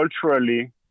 culturally